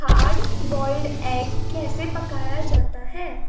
hard boiled egg کیسے پکایا جاتا ہے